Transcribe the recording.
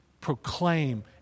proclaim